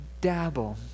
dabble